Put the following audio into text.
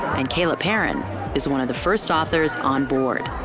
and kayla perrin is one of the first authors on board.